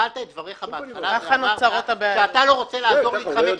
התחלת את דבריך ואמרת שאתה לא רוצה לעזור לסרבנים להתחמק.